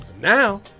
Now